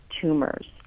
tumors